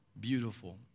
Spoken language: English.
beautiful